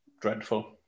Dreadful